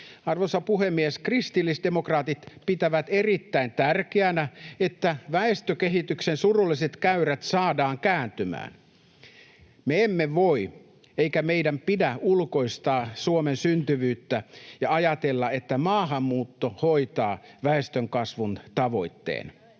Arvoisa puhemies! Kristillisdemokraatit pitävät erittäin tärkeänä, että väestökehityksen surulliset käyrät saadaan kääntymään. Me emme voi eikä meidän pidä ulkoistaa Suomen syntyvyyttä ja ajatella, että maahanmuutto hoitaa väestönkasvun tavoitteen.